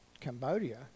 Cambodia